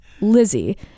Lizzie